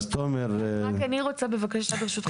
רק בקצרה להזכיר